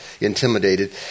intimidated